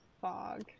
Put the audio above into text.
fog